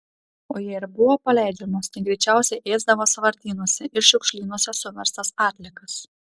o jei ir buvo paleidžiamos tai greičiausiai ėsdavo sąvartynuose ir šiukšlynuose suverstas atliekas